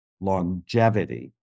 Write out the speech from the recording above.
longevity